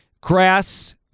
grass